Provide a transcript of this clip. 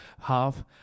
half